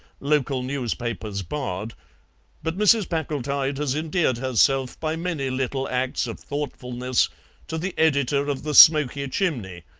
local newspapers barred but mrs. packletide has endeared herself by many little acts of thoughtfulness to the editor of the smoky chimney,